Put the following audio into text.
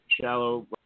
Shallow